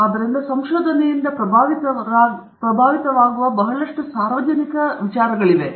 ಆದ್ದರಿಂದ ಸಂಶೋಧನೆಯಿಂದ ಪ್ರಭಾವಿತವಾಗಿರುವ ಬಹಳಷ್ಟು ಸಾರ್ವಜನಿಕ ನೀತಿಗಳಿವೆ